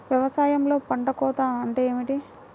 వ్యవసాయంలో పంట కోత అంటే ఏమిటి?